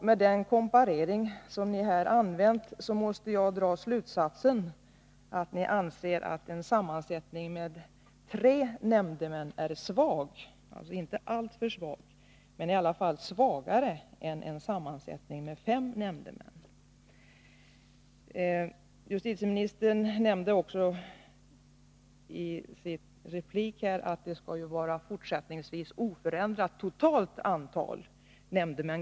Med den komparering som ni här har använt måste jag dra slutsatsen att ni anser att en sammansättning med tre nämndemän är svag, alltså inte alltför svag men i alla fall svagare än en sammansättning med fem nämndemän. Justitieministern betonade i sin replik också att det totala antalet nämndemän fortsättningsvis skall vara oförändrat.